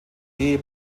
ehe